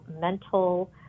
mental